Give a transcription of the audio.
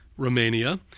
Romania